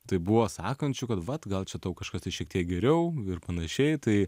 tai buvo sakančių kad vat gal čia tau kažkas šiek tiek geriau ir panašiai tai